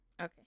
okay